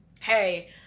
hey